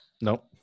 nope